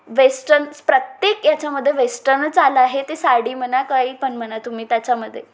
westerns प्रत्येक याच्यामध्ये वेस्टर्नच आलं आहे ती साडी म्हणा काई पण म्हणा तुम्ही त्याच्यामध्ये